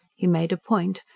he made a point,